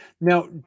Now